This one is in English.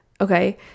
okay